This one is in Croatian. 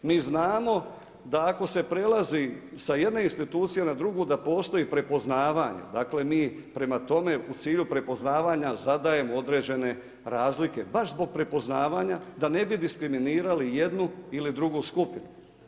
Mi znamo da ako se prelazi sa jedne institucije na drugu da postoji prepoznavanjem dakle mi prema tome u cilju prepoznavanja zadajemo određene razlike baš zbog prepoznavanja da ne bi diskriminirali jednu ili drugi skupinu.